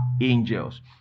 angels